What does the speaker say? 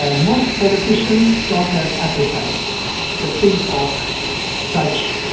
ah most politicians don't have appetite to think of such,